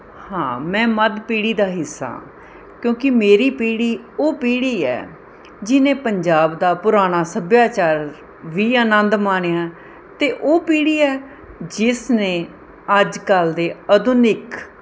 ਹਾਂ ਮੈਂ ਮੱਧ ਪੀੜ੍ਹੀ ਦਾ ਹਿੱਸਾ ਕਿਉਂਕਿ ਮੇਰੀ ਪੀੜ੍ਹੀ ਉਹ ਪੀੜ੍ਹੀ ਹੈ ਜਿਹਨੇ ਪੰਜਾਬ ਦਾ ਪੁਰਾਣਾ ਸੱਭਿਆਚਾਰ ਵੀ ਆਨੰਦ ਮਾਣਿਆ ਅਤੇ ਉਹ ਪੀੜ੍ਹੀ ਹੈ ਜਿਸ ਨੇ ਅੱਜ ਕੱਲ੍ਹ ਦੇ ਆਧੁਨਿਕ